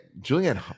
Julian